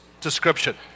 description